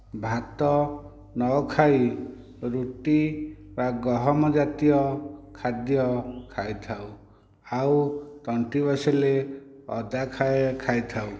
ଭାତ ନ ଖାଇ ରୁଟି ବା ଗହମ ଜାତୀୟ ଖାଦ୍ୟ ଖାଇଥାଉ ଆଉ ତଣ୍ଟି ବସିଲେ ଅଦା ଖାଏ ଖାଇଥାଉ